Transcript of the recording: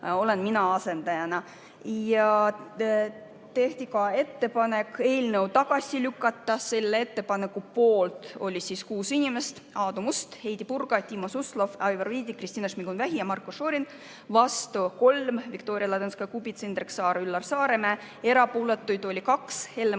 ja tehti ka ettepanek eelnõu tagasi lükata. Selle ettepaneku poolt oli 6 inimest: Aadu Must, Heidy Purga, Timo Suslov, Aivar Viidik, Kristina Šmigun-Vähi ja Marko Šorin. Vastu oli 3: Viktoria Ladõnskaja-Kubits, Indrek Saar ja Üllar Saaremäe. Erapooletuid oli 2: